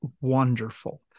wonderful